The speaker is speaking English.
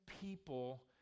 people